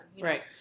Right